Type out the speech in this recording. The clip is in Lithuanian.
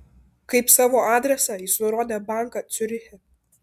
kaip savo adresą jis nurodė banką ciuriche